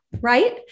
right